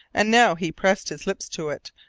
and now he pressed his lips to it,